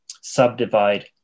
subdivide